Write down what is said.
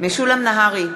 משולם נהרי,